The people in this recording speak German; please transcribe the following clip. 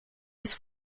des